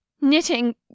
knitting